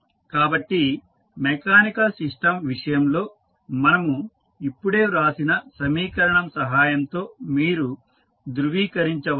కాబట్టి mechanical system విషయంలో మనము ఇప్పుడే వ్రాసిన సమీకరణం సహాయంతో మీరు ధృవీకరించవచ్చు